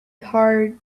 hard